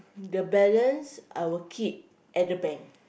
the balance I will keep at the bank